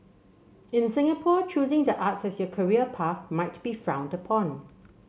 in Singapore choosing the arts as your career path might be frowned upon